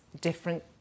different